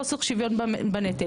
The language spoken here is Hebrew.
חוסר שוויון בנטל".